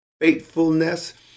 faithfulness